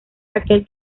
aquel